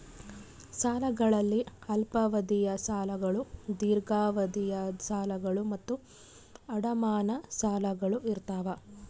ಸಾಲಗಳಲ್ಲಿ ಅಲ್ಪಾವಧಿಯ ಸಾಲಗಳು ದೀರ್ಘಾವಧಿಯ ಸಾಲಗಳು ಮತ್ತು ಅಡಮಾನ ಸಾಲಗಳು ಇರ್ತಾವ